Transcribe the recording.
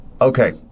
Okay